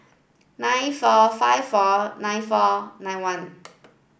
nine four five four nine four nine one